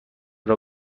بار